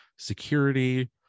security